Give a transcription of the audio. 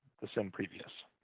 the sin previous.